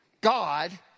God